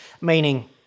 meaning